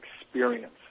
experience